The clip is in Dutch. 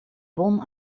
bon